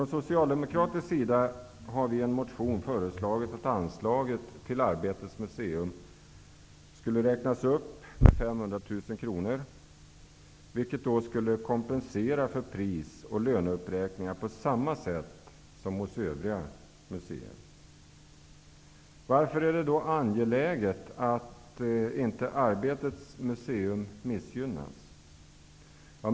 Vi socialdemokrater har föreslagit i en motion att anslaget till Arbetets museum skall räknas upp med 500 000 kronor. Det skulle kompensera för prisoch löneuppräkningar på samma sätt som har skett hos övriga museer. Varför är det då angeläget att inte Arbetets museum missgynnas?